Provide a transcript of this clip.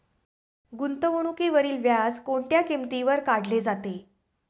गुंतवणुकीवरील व्याज कोणत्या किमतीवर काढले जाते?